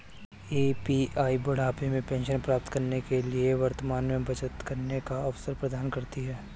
APY बुढ़ापे में pension प्राप्त करने के लिए वर्तमान में बचत करने का अवसर प्रदान करती है